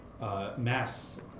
mass